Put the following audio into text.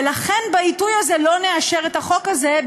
ולכן בעיתוי הזה לא נאשר את החוק הזה,